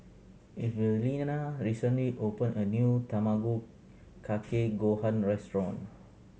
Evelena recently opened a new Tamago Kake Gohan restaurant